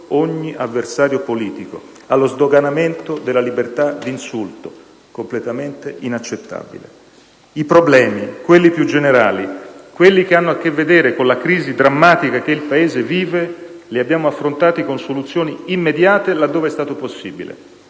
ogni avversario politico, allo sdoganamento della libertà di insulto, completamente inaccettabile. I problemi, quelli più generali, quelli che hanno a che vedere con la crisi drammatica che il Paese vive, li abbiamo affrontati con soluzioni immediate laddove è stato possibile: